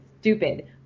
stupid